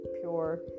pure